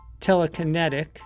telekinetic